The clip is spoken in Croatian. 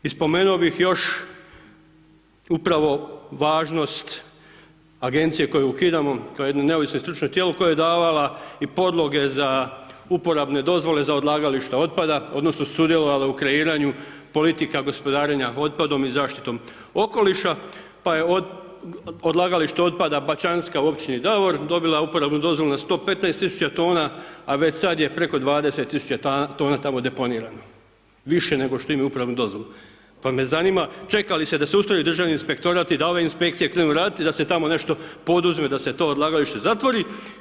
I spomenuo bi još upravo važnost agencija koju ukidamo to je jedno neovisno stručno tijelo koja je davala i podloge za uporabne dozvole, za odlagalište otpada, odnosno, sudjelovala u kreiranju politika gospodarenja otpadom i zaštitom okoliša, pa je odlagalište otpada, Pačanska u općini Davor, dobila uporabnu dozvolu na 115 tisuća tona, a već sada je preko 20 tisuća tona tamo deponirano, više nego što imaju upravnu dozvolu, pa me zanima čeka li se da se … državni inspektorat i da ove inspekcije krenu raditi i da se tamo nešto poduzme da se to odlagalište zatvori.